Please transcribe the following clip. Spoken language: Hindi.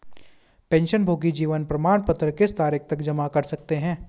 पेंशनभोगी जीवन प्रमाण पत्र किस तारीख तक जमा कर सकते हैं?